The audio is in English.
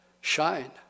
shine